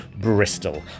Bristol